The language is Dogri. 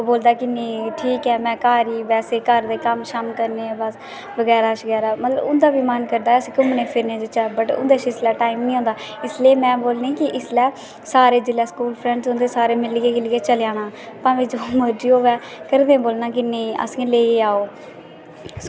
ते ओह् बोलदा नेईं में घर ई ठीक में बस घर दे कम्म काज करने बगैरा मतलब उंदा बी मन करदा घुम्मनै फिरने दा पर उंदे कश टैम निं होंदा इस लेई में बोलनी की इसलै सारे जिसलै फ्रैंड्स होंदे सारें मिलियै चली जाना भामें जो मर्जी होऐ घरें दे गी बोलना कती नेईं असेंगी लेई जायो